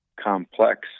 complex